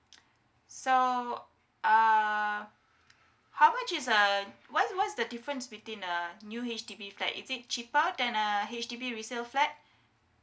so uh how much is a what what's the difference between a new H_D_B flat is it cheaper than a H_D_B resale flat